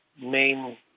main